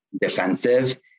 defensive